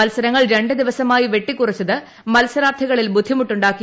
മത്സരങ്ങൾ ര് ദിവസമായി വെട്ടിക്കുറച്ചത് മത്സരാർത്ഥികളിൽ ബുദ്ധിമുട്ടുാക്കി